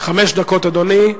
חמש דקות, אדוני.